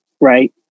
right